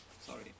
Sorry